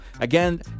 Again